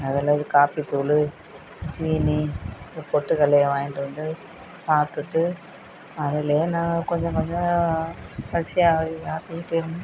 அதில் ஒரு காப்பி தூள் சீனி இந்த பொட்டுக்கடலைய வாங்கிகிட்டு வந்து சாப்பிட்டுட்டு அதிலே நாங்கள் கொஞ்சம் கொஞ்சம் பசி ஆறி ஆற்றிக்கிட்டு